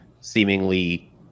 seemingly